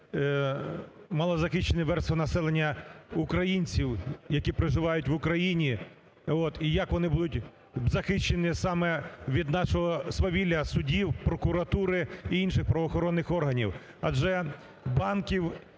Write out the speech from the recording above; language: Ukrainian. малозахищені верстви населення українців, які проживають в Україні, от, і як вони будуть захищені саме від нашого свавілля судів, прокуратури і інших правоохоронних органів.